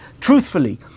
Truthfully